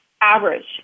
average